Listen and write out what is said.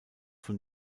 von